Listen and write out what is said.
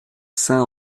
saint